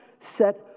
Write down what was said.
set